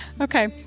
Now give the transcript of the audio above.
Okay